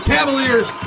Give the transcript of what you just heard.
Cavaliers